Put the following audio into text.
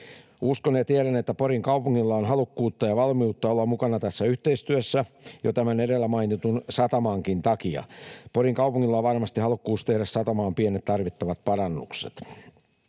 Uskon ja tiedän, että Porin kaupungilla on halukkuutta ja valmiutta olla mukana tässä yhteistyössä jo tämän edellä mainitun satamankin takia. Porin kaupungilla on varmasti halukkuus tehdä satamaan pienet tarvittavat parannukset.